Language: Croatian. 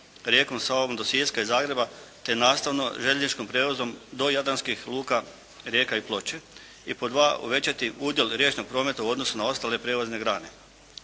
rijekom Savom do Siska i Zagreba, te nastavno željezničkim prijevozom do jadranskih luka, Rijeka i Ploče. I pod 2. uvećati udjel riječnog prometa u odnosu na ostale prijevozne grane.